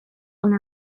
اونم